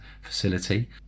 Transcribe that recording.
facility